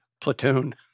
Platoon